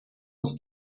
was